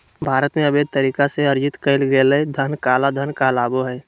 भारत में, अवैध तरीका से अर्जित कइल गेलय धन काला धन कहलाबो हइ